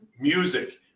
Music